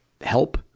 help